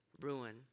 ruin